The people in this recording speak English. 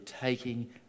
taking